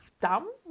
dumb